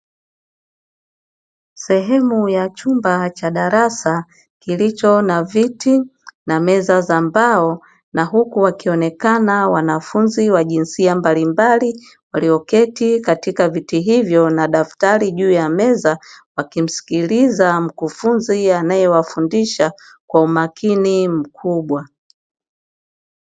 Sehemu ya chumba cha darasa kilicho na viti na meza za mbao na huku wakionekana wanafunzi wa jinsia mbalimbali walioketi katika viti hivyo na daftari juu ya meza, wakimsikiliza mkufunzi anayewafundisha kwa umakini mkubwa.